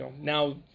Now